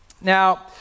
Now